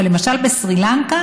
אבל למשל בסרילנקה,